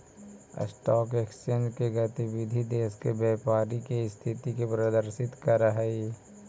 stock exchange के गतिविधि देश के व्यापारी के स्थिति के प्रदर्शित करऽ हइ